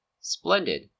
Splendid